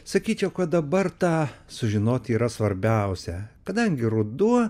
sakyčiau kad dabar tą sužinoti yra svarbiausia kadangi ruduo